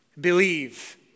believe